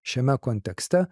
šiame kontekste